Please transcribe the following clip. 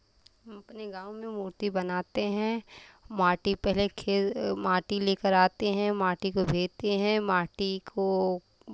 हम अपने गाँव में मूर्ती बनाते हैं माटी पहले खेल माटी लेकर आते हैं माटी को भेगते हैं माटी को